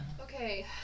Okay